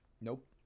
Nope